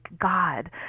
God